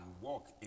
walk